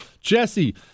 Jesse